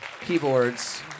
keyboards